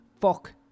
Fuck